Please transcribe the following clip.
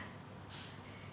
你看